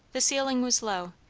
the ceiling was low,